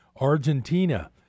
Argentina